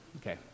Okay